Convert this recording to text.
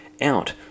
out